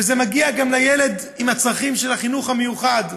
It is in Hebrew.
זה מגיע גם לילד עם הצרכים של החינוך המיוחד,